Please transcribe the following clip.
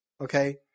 okay